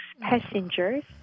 passengers